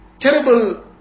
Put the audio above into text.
terrible